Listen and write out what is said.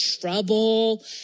trouble